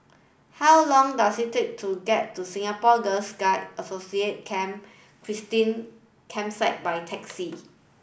how long does it take to get to Singapore Girl Guide Associate Camp Christine Campsite by taxi